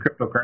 cryptocurrency